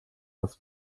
das